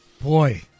Boy